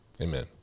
Amen